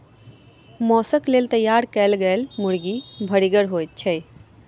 मौसक लेल तैयार कयल गेल मुर्गी भरिगर होइत छै